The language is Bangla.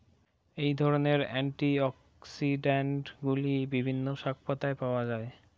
এই ধরনের অ্যান্টিঅক্সিড্যান্টগুলি বিভিন্ন শাকপাতায় পাওয়া য়ায়